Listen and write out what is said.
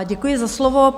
Děkuji za slovo.